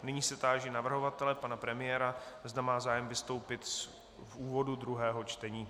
Nyní se táži navrhovatele, pana premiéra, zda má zájem vystoupit v úvodu druhého čtení.